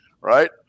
right